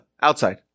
Outside